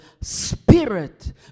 spirit